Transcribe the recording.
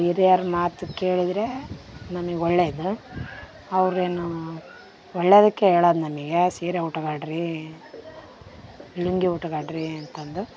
ಹಿರಿಯರ್ ಮಾತು ಕೇಳಿದರೆ ನಮಗೆ ಒಳ್ಳೇದು ಅವರೇನು ಒಳ್ಳೇದಕ್ಕೆ ಹೇಳೋದು ನಮಗೆ ಸೀರೆ ಉಟ್ಕೊಳ್ರೀ ಲುಂಗಿ ಉಟ್ಕೊಳ್ರೀ ಅಂತಂದು